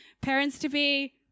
parents-to-be